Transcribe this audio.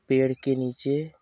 पेड़ के नीचे